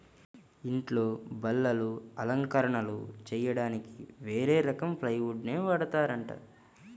ఇంట్లో బల్లలు, అలంకరణలు చెయ్యడానికి వేరే రకం ప్లైవుడ్ నే వాడతారంట